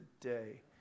today